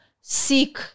seek